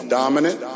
dominant